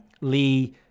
Lee